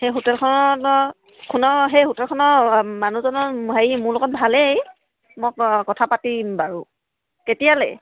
সেই হোটেলখনৰ সেই হোটেলখনৰ মানুহজনৰ হেৰি মোৰ লগত ভালেই মই ক কথা পাতিম বাৰু কেতিয়ালৈ